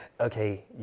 okay